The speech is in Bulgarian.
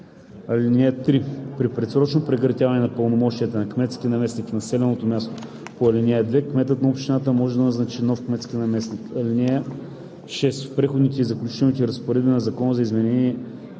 (3) При предсрочно прекратяване на пълномощията на кметски наместник в населено място по ал. 2 кметът на общината може да назначи нов кметски наместник. § 6. В преходните и заключителните разпоредби на Закона за изменение